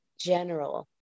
general